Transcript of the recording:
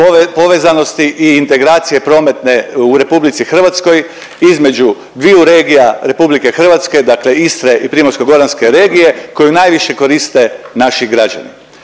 povezanosti i integracije prometne u RH između dviju regija RH, dakle Istre i Primorsko-goranske regije koju najviše koriste naši građani.